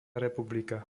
republika